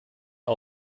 ein